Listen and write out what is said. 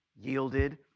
yielded